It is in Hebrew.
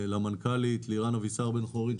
למנכ"לית לירן אבישר בן חורין,